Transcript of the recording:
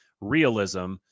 realism